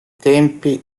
tempi